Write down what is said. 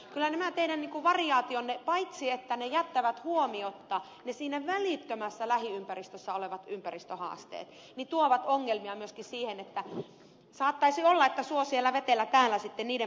kyllä nämä teidän variaationne paitsi jättävät huomiotta siinä välittömässä lähiympäristössä olevat ympäristöhaasteet myöskin tuovat sellaisia ongelmia että saattaisi olla että suo siellä vetelä täällä sitten niiden parannusehdotusten osalta